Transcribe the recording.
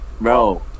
Bro